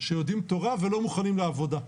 שיודעים תורה ולא מוכנים לעבודה,